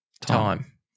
time